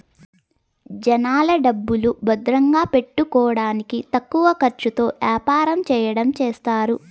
జనాల డబ్బులు భద్రంగా పెట్టుకోడానికి తక్కువ ఖర్చుతో యాపారం చెయ్యడం చేస్తారు